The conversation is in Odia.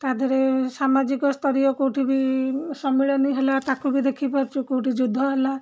ତାଧିଅରେ ସାମାଜିକ ସ୍ତରୀୟ କେଉଁଠି ବି ସମ୍ମିଳନୀ ହେଲା ତାକୁ ବି ଦେଖିପାରୁଛୁ କେଉଁଠି ଯୁଦ୍ଧ ହେଲା